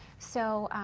so,